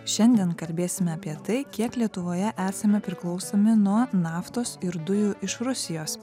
šiandien kalbėsime apie tai kiek lietuvoje esame priklausomi nuo naftos ir dujų iš rusijos